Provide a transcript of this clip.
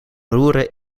roeren